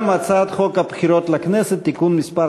גם הצעת חוק הבחירות לכנסת (תיקון מס'